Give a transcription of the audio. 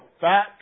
fat